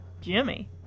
Jimmy